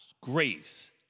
grace